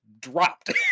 dropped